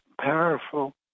powerful